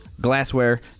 glassware